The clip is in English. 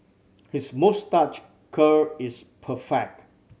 his moustache curl is perfect